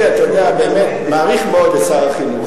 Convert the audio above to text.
אני, אתה יודע, באמת, מעריך מאוד את שר החינוך.